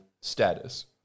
status